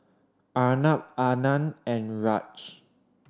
Arnab Anand and Raj